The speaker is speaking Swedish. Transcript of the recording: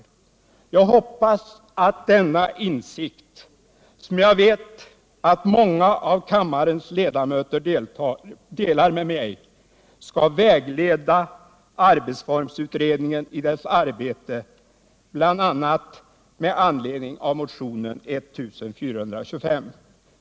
Jag hoppas att denna insikt, som jag vet att många av kammarens ledamöter delar med mig, skall vägleda arbetsformsutredningen i dess arbete bl.a. med anledning av motionen 1425.